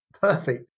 perfect